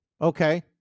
Okay